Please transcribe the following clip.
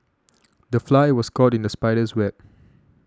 the fly was caught in the spider's web